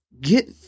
Get